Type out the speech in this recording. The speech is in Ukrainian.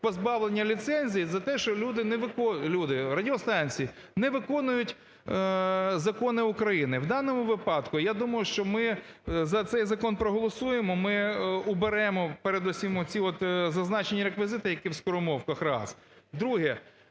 позбавлення ліцензій за те, що люди, радіостанції не виконують закони України. В даному випадку, я думаю, що ми за цей закон проголосуємо, ми уберемо передусім оці зазначені реквізити, які в скоромовках – раз. Друге.